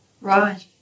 Right